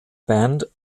band